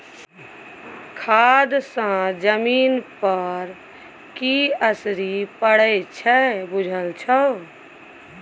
खाद सँ जमीन पर की असरि पड़य छै बुझल छौ